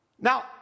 Now